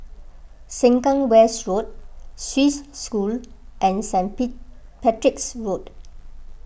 Sengkang West Road Swiss School and Saint peak Patrick's Road